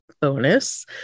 bonus